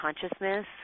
consciousness